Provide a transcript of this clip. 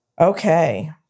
Okay